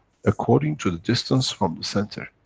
according to the distance from the center.